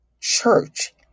church